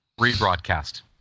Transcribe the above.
Rebroadcast